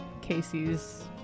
Casey's